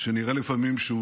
שנראה לפעמים שהוא